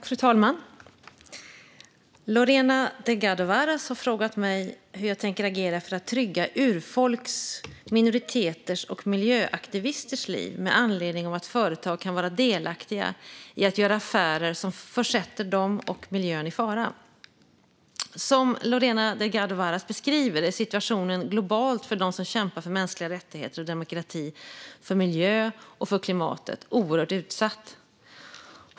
Fru talman! Lorena Delgado Varas har frågat mig hur jag tänker agera för att trygga urfolks, minoriteters och miljöaktivisters liv med anledning av att företag kan vara delaktiga i att göra affärer som försätter dem och miljön i fara. Som Lorena Delgado Varas beskriver är situationen globalt för dem som kämpar för mänskliga rättigheter och demokrati, för miljön och för klimatet oerhört utsatt.